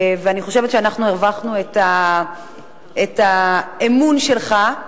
ואני חושבת שאנחנו הרווחנו את האמון שלך,